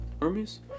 armies